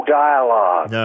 dialogue